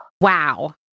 Wow